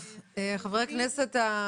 טוב, חברי הכנסת?